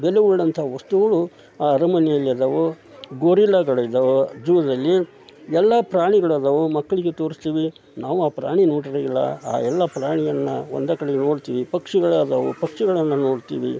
ಬೆಲೆ ಉಳ್ಳಂಥ ವಸ್ತುಗಳು ಆ ಅರಮನೆಯಲ್ಲಿದಾವೆ ಗೋರಿಲ್ಲಾಗಳಿದ್ದಾವೆ ಜೂ಼ದಲ್ಲಿ ಎಲ್ಲ ಪ್ರಾಣಿಗಳಿದಾವು ಮಕ್ಕಳಿಗೆ ತೋರಿಸ್ತೀವಿ ನಾವು ಆ ಪ್ರಾಣಿ ನೋಡಿರಂಗಿಲ್ಲ ಆ ಎಲ್ಲ ಪ್ರಾಣಿಯನ್ನು ಒಂದೇ ಕಡೆ ನೋಡ್ತೀವಿ ಪಕ್ಷಿಗಳಿದಾವು ಪಕ್ಷಿಗಳನ್ನು ನೋಡ್ತೀವಿ